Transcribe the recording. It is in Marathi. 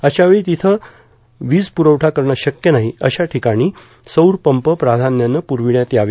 अशावेळी जिथं वीज पुरवठा करणं शक्य नाही अशा ठिकाणी सौरपंप प्राधान्यानं पुरविण्यात यावे